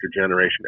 generation